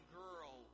girl